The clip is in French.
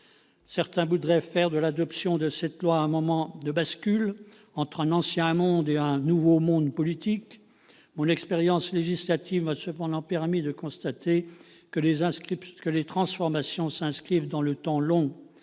Certains voudraient faire de l'adoption de ce projet de loi organique un moment de bascule entre un « ancien monde » et un « nouveau monde » politique. Mon expérience législative m'a néanmoins permis de constater que les transformations s'inscrivent dans le temps long,